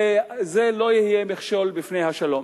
וזה לא יהיה מכשול בפני השלום.